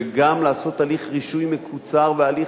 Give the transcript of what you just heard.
וגם לעשות הליך רישוי מקוצר והליך